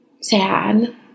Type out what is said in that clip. sad